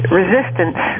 resistance